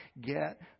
get